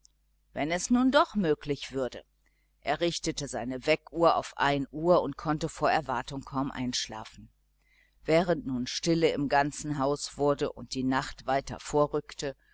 wenn es nun doch möglich würde er richtete seine weckuhr auf uhr und konnte vor erwartung kaum einschlafen während nun stille im ganzen haus wurde und die nacht weiter vorrückte